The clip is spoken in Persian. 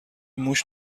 موش